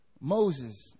Moses